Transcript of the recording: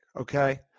okay